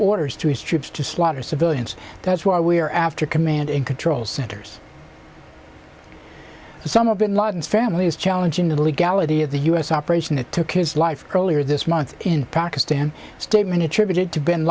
orders to his troops to slaughter civilians that's why we are after command and control centers and some of bin laden's family is challenging the legality of the u s operation that took his life earlier this month in pakistan statement attributed to bin